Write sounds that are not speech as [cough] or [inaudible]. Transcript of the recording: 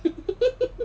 [laughs]